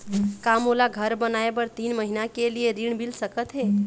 का मोला घर बनाए बर तीन महीना के लिए ऋण मिल सकत हे?